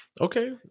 Okay